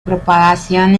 propagación